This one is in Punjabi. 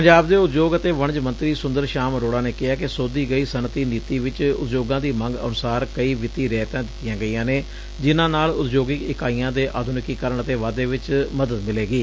ਪੰਜਾਬ ਦੇ ਉਦਯੋਗ ਤੇ ਵਣਜ ਮੰਤਰੀ ਸੂੰਦਰ ਸ਼ਾਮ ਅਰੋੜਾ ਨੇ ਕਿਹੈ ਕਿ ਸੋਧੀ ਗਈ ਸੱਨਅਤੀ ਨੀਤੀ ਵਿਚ ਉਦਯੋਗਾਂ ਦੀ ਮੰਗ ਅਨੁਸਾਰ ਕਈ ਵਿੱਤੀ ਰਿਆਇਤਾਂ ਦਿੱਤੀਆਂ ਗਈਆਂ ਨੇ ਜਿਨ੍ਹਾਂ ਨਾਲ ਉਦਯੋਗਿਕ ਇਕਾਈਆਂ ਦੇ ਆਧੁਨਿਕੀਕਰਨ ਅਤੇ ਵਾਧੇ ਵਿੱਚ ਮਦਦ ਮਿਲੇਗੀ